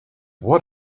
what